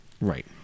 right